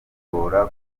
n’ubururu